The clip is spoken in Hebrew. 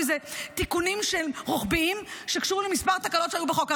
כי זה תיקונים רוחביים שקשורים לכמה תקלות שהיו בחוק.